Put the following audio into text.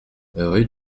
rue